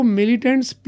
militants